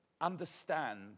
understand